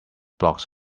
blocks